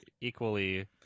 equally